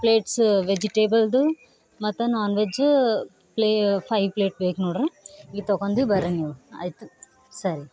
plates ವೆಜ್ಜಿಟೇಬಲ್ದು ಮತ್ತು non veg ಪ್ಲೇ ಫೈ ಪ್ಲೇಟ್ ಬೇಕು ನೋಡಿರಿ ಈ ತೊಕೊಂಡಿ ಬರ್ರಿ ನೀವು ಆಯಿತು ಸರಿ